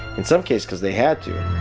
in some cases because they had to.